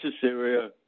Syria